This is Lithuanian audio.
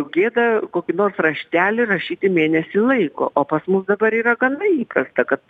gėda kokį nors raštelį rašyti mėnesį laiko o pas mus dabar yra gana įprasta kad